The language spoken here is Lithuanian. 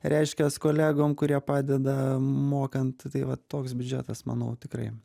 reiškias kolegom kurie padeda mokant tai vat toks biudžetas manau tikrai